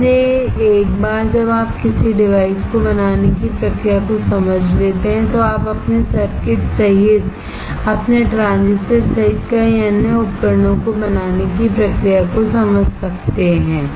इसलिए एक बार जब आप किसी डिवाइस को बनाने की प्रक्रिया को समझ लेते हैं तो आप अपने सर्किट सहित अपने ट्रांजिस्टर सहित कई अन्य उपकरणों को बनाने की प्रक्रिया को समझ सकते हैं